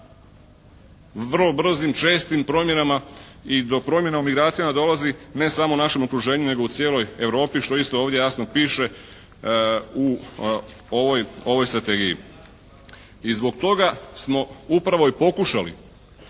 vrlo brzim, čestim promjenama i do promjena u migracijama dolazi ne samo u našem okruženju nego u cijeloj Europi što isto ovdje jasno piše u ovoj strategiji. I zbog toga smo upravo i pokušali